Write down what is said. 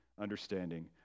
understanding